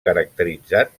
caracteritzat